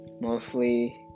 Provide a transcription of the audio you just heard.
mostly